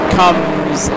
comes